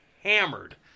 hammered